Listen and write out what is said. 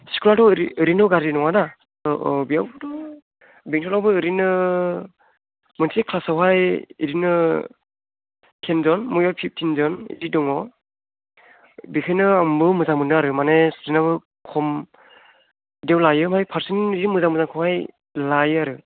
स्कुलाथ' ओरैनोथ' गाज्रि नङा ना औ औ बेयावबोथ' बेंथलावबो ओरैनो मोनसे क्लासावहाय बिदिनो तिनजन बबेबा फिफ्टिनजन बिदि दङ बेनिखायनो आंबो मोजां मोन्दों आरो माने स्टुडेनाबो खम बिदियाव लायो ओमफ्राय फारसेथिं मोजां मोजांखौहाय लायो आरो